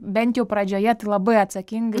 bent jau pradžioje tai labai atsakingai